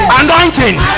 anointing